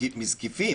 מזקיפים.